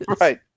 Right